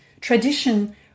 tradition